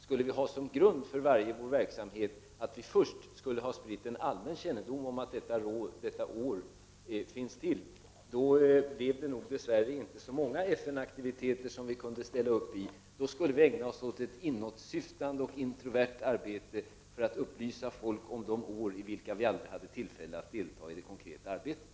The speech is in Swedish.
Skulle vi ha som grund för varje verksamhet att vi först skulle sprida en allmän kännedom om ett sådant här år, kunde vi nog dess värre inte ställa upp i så många FN-aktiviteter. Då skulle vi ägna oss åt ett inåtsyftande och introvert arbete, för att upplysa folk om de år under vilka vi alla hade tillfälle att delta i det konkreta arbetet.